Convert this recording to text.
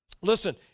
Listen